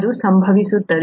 ಅದು ಹೇಗೆ ಸಂಭವಿಸುತ್ತದೆ